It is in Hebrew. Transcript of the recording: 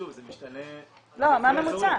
שוב, זה משתנה לפי --- לא, מה הממוצע?